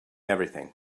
everything